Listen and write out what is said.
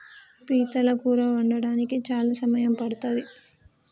పీతల కూర వండడానికి చాలా సమయం పడ్తది